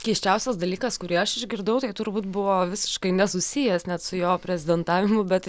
keisčiausias dalykas kurį aš išgirdau tai turbūt buvo visiškai nesusijęs net su jo prezidentavimu bet